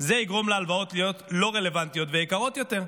זה יגרום להלוואות להיות לא רלוונטיות ויקרות יותר.